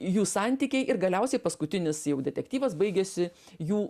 jų santykiai ir galiausiai paskutinis jau detektyvas baigiasi jų